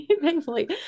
Thankfully